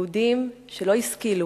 יהודים שלא השכילו